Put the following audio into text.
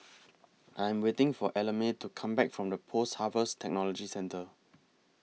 I Am waiting For Ellamae to Come Back from The Post Harvest Technology Centre